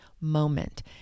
moment